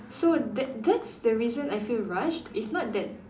so that that's the reason I feel rushed it's not that